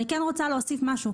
אני רוצה להוסיף עוד דבר,